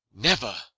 never.